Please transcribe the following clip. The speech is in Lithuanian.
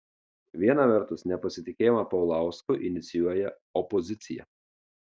viena vertus nepasitikėjimą paulausku inicijuoja opozicija